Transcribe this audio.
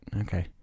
Okay